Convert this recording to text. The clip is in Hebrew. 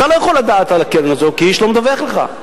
אתה לא יכול לדעת על הקרן הזו כי איש לא מדווח לך.